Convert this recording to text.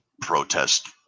protest